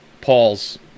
Paul's